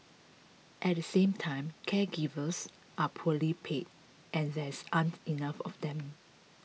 at the same time caregivers are poorly paid and there aren't enough of them